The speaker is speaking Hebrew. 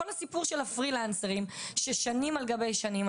כל הסיפור של הפרילנסרים ששנים על גבי שנים,